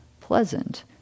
pleasant